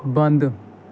बंद